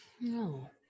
No